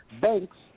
banks